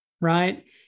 right